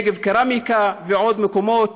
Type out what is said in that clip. נגב קרמיקה, ועוד מקומות,